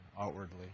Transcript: outwardly